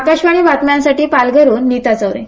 आकाशवाणी बातम्यांसाठी पालघरहून नीतू चौरे